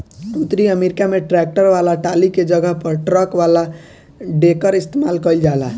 उतरी अमेरिका में ट्रैक्टर वाला टाली के जगह पर ट्रक वाला डेकर इस्तेमाल कईल जाला